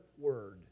word